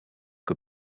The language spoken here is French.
que